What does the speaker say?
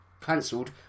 cancelled